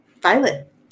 Violet